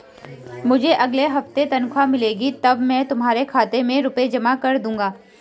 मुझे अगले हफ्ते तनख्वाह मिलेगी तब मैं तुम्हारे खाते में रुपए जमा कर दूंगा